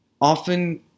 often